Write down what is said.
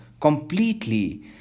completely